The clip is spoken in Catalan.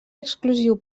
exclusiu